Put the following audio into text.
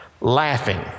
Laughing